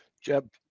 Jeb